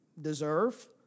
deserve